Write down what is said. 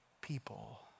people